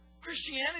Christianity